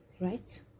Right